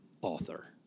author